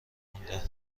مونده